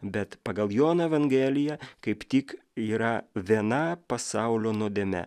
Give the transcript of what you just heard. bet pagal jono evangeliją kaip tik yra viena pasaulio nuodėme